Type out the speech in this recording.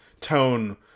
tone